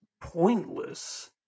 pointless